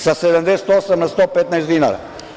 Sa 78 na 115 dinara.